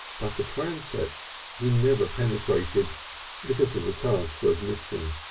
but the transepts he never penetrated because of the charge for admission.